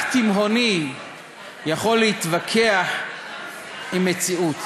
רק תימהוני יכול להתווכח עם מציאות,